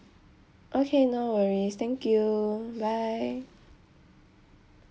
okay no worries thank you bye